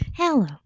Hello